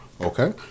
okay